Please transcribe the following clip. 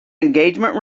engagement